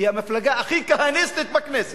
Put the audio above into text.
המפלגה הכי כהניסטית בכנסת.